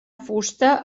fusta